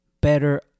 better